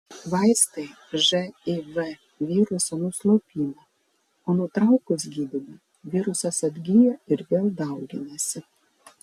vaistai živ virusą nuslopina o nutraukus gydymą virusas atgyja ir vėl dauginasi